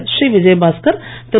Sri Vijayabaskar Thiru